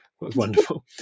Wonderful